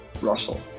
Russell